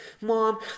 Mom